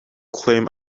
claim